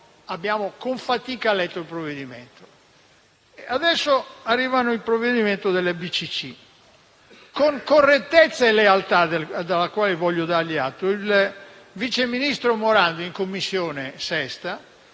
abbiamo con fatica letto il provvedimento. Adesso arriva il provvedimento delle BCC. Con correttezza e lealtà, delle quali voglio dargli atto, il vice ministro Morando in 6a Commissione ha